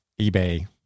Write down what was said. eBay